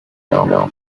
block